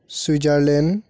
Switzerland